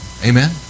Amen